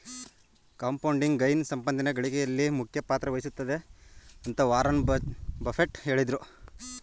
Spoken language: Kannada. ಕಂಪೌಂಡಿಂಗ್ ಗೈನ್ ಸಂಪತ್ತಿನ ಗಳಿಕೆಯಲ್ಲಿ ಮುಖ್ಯ ಪಾತ್ರ ವಹಿಸುತ್ತೆ ಅಂತ ವಾರನ್ ಬಫೆಟ್ ಹೇಳಿದ್ರು